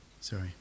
Sorry